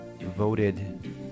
voted